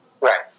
Right